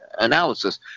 analysis